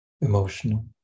emotional